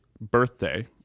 birthday